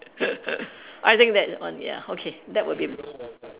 I think that that one ya okay that would be